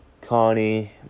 Connie